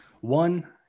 One